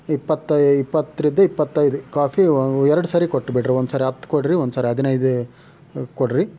ಇಪ್ಪತ್ತು ಇಪ್ಪತ್ರದು ಇಪ್ಪತ್ತೈದು ಕಾಫಿ ಒ ಎರಡು ಸರಿ ಕೊಟ್ಟುಬಿಡ್ರಿ ಒಂದ್ಸರಿ ಹತ್ತು ಕೊಡ್ರಿ ಒಂದ್ಸರಿ ಹದಿನೈದು ಮ ಕೊಡ್ರಿ